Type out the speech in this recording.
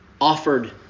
offered